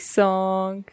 song